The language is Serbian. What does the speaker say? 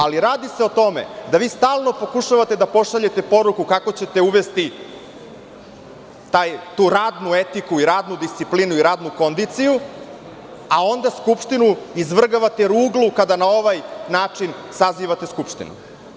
Ali, radi se o tome da vi stalno pokušavate da pošaljete poruku kako ćete uvesti tu radnu etiku, tu radnu disciplinu, radnu kondiciju, a onda Skupštinu izvrgavate ruglu kada na ovaj način sazivate Skupštinu.